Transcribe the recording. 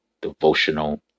devotional